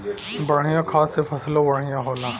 बढ़िया खाद से फसलों बढ़िया होला